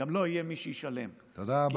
תודה רבה, חבר הכנסת.